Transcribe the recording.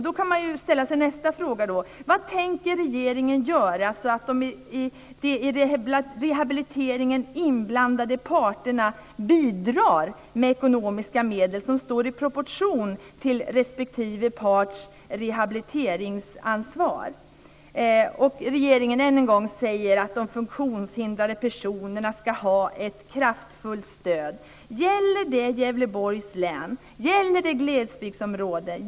Då kan man ställa sig nästa fråga: Vad tänker regeringen göra så att de i rehabiliteringen inblandade parterna bidrar med ekonomiska medel som står i proportion till respektive parts rehabiliteringsansvar? Regeringen säger att de funktionshindrade personerna ska ha ett kraftfullt stöd. Gäller det Gävleborgs län? Gäller det glesbygdsområden?